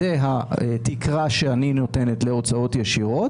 זה התקרה שאני נותנת להוצאות ישירות